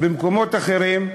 ובמקומות אחרים,